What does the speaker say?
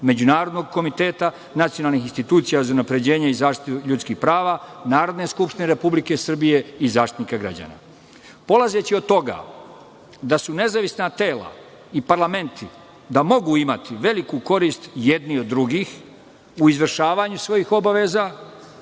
Međunarodnog komiteta nacionalnih institucija za unapređenje i zaštitu ljudskih prava Narodne skupštine Republike Srbije i Zaštitnika građana. Polazeći od toga da nezavisna tela i parlamenti mogu imati veliku korist jedni od drugih u izvršavanju svojih obaveza